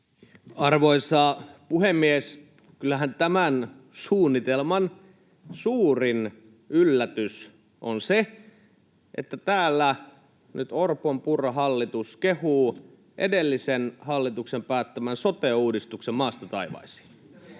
Arvoisa puhemies! Kyllähän tämän suunnitelman suurin yllätys on se, että täällä nyt Orpon—Purran hallitus kehuu edellisen hallituksen päättämän sote-uudistuksen maasta taivaisiin.